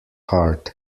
hard